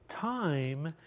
Time